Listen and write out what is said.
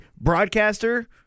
broadcaster